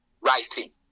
writing